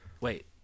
wait